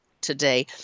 today